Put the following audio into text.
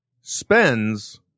spends